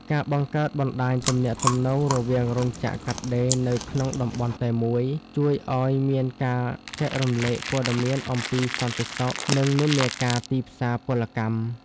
ការបង្កើតបណ្ដាញទំនាក់ទំនងរវាងរោងចក្រកាត់ដេរនៅក្នុងតំបន់តែមួយ ជួយឱ្យមានការចែករំលែកព័ត៌មានអំពីសន្តិសុខ និងនិន្នាការទីផ្សារពលកម្ម។